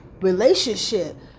relationship